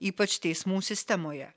ypač teismų sistemoje